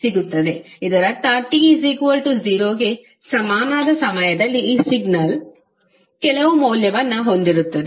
ಇದರರ್ಥ t0 ಗೆ ಸಮನಾದ ಸಮಯದಲ್ಲಿ ಈ ಸಿಗ್ನಲ್ ಕೆಲವು ಮೌಲ್ಯವನ್ನು ಹೊಂದಿರುತ್ತದೆ